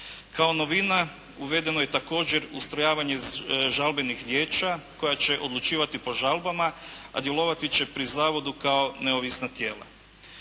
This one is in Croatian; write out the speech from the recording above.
Kao novina uvedeno je također ustrojavanje žalbenih vijeća koja će odlučivati po žalbama a djelovati će pri zavodu kao neovisna tijela.